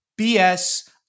BS